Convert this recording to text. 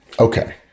Okay